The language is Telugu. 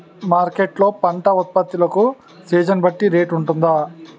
మార్కెట్ లొ పంట ఉత్పత్తి లకు సీజన్ బట్టి రేట్ వుంటుందా?